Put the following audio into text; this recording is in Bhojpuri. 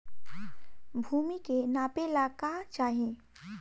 भूमि के नापेला का चाही?